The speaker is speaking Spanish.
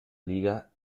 liga